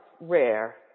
rare